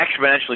exponentially